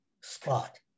spot